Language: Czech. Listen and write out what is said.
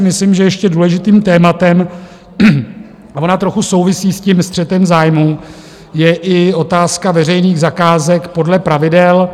Myslím, že ještě důležitým tématem, a ono trochu souvisí s tím střetem zájmů, je i otázka veřejných zakázek podle pravidel.